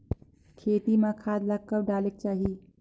खेती म खाद ला कब डालेक चाही?